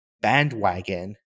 bandwagon